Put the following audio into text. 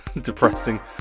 depressing